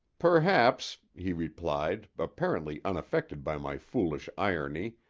perhaps, he replied, apparently unaffected by my foolish irony,